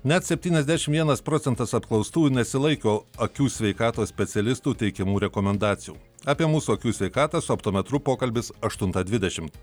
net septyniasdešim vienas procentas apklaustųjų nesilaiko akių sveikatos specialistų teikiamų rekomendacijų apie mūsų akių sveikatą su optometru pokalbis aštuntą dvidešimt